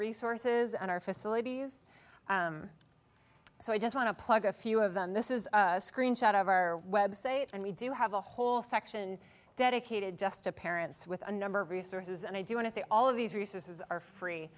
resources and our facilities so i just want to plug a few of them this is a screenshot of our website and we do have a whole section dedicated just to parents with a number of resources and i do want to say all of these resources are free